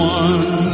one